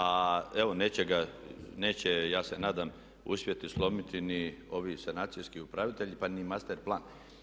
A evo nečega, neće, ja se nadam, je uspjeti slomiti ni ovi sanacijski upravitelji pa ni master plan.